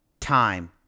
time